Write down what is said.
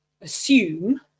assume